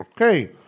Okay